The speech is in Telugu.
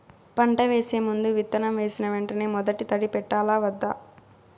పంట వేసే ముందు, విత్తనం వేసిన వెంటనే మొదటి తడి పెట్టాలా వద్దా?